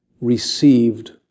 received